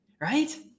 right